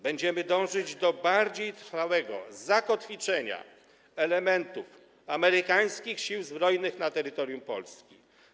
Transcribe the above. Będziemy dążyć do bardziej trwałego zakotwiczenia elementów amerykańskich sił zbrojnych na terytorium Polski.